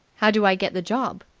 how do i get the job?